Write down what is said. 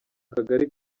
kagari